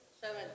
Seven